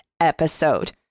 episode